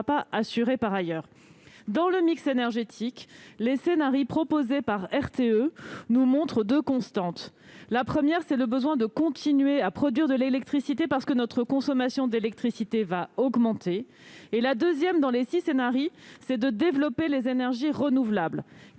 pas assuré par ailleurs. En ce qui concerne le mix énergétique, les scenarii proposés par RTE nous montrent deux constantes : la première, c'est le besoin de continuer à produire de l'électricité, parce que notre consommation d'électricité va augmenter ; la deuxième, c'est le développement des énergies renouvelables.